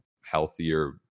healthier